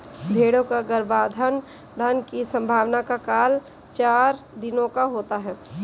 भेंड़ों का गर्भाधान की संभावना का काल चार दिनों का होता है